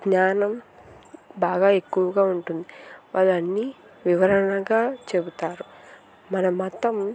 జ్ఞానం బాగా ఎక్కువగా ఉంటుంది వాళ్ళు అన్నీ వివరణగా చెబుతారు మన మతం